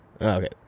Okay